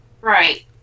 right